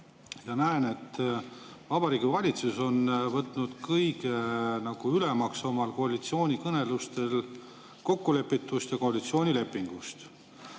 ja näen, et Vabariigi Valitsus on võtnud kõige ülemaks oma koalitsioonikõnelustel kokkulepitu ja koalitsioonilepingu.